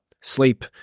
sleep